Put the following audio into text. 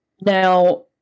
Now